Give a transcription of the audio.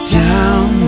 down